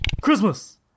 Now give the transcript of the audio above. Christmas